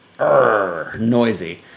noisy